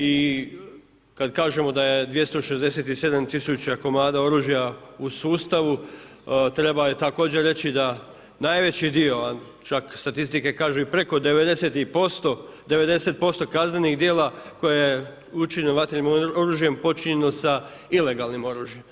I kada kažemo da je 267 tisuća komada oružja u sustavu treba također reći da najveći dio, a čak statistike kažu i preko 90% kaznenih djela koje učine vatrenim oružjem je počinjeno sa ilegalnim oružjem.